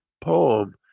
poem